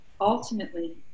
ultimately